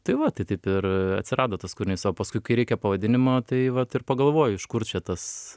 tai va tai taip ir atsirado tas kūrinys o paskui kai reikia pavadinimo tai vat ir pagalvoju iš kur čia tas